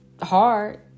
hard